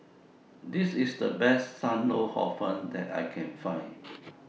This IS The Best SAM Lau Hor Fun that I Can Find